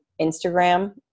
Instagram